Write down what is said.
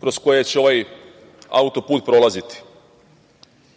kroz koje će ovaj auto-put prolaziti. Iza